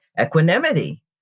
equanimity